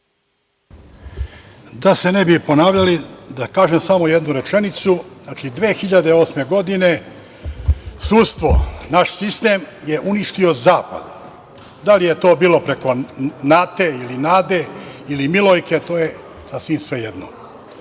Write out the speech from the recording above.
Da se ne bi ponavljali, da kažem samo jednu rečenicu. Znači, 2008. godine sudstvo, naš sistem je uništio zapad. Da li je to bilo preko Nate ili Nade ili Milojke, to je sasvim svejedno. Mi